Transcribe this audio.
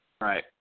Right